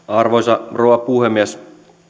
arvoisa rouva puhemies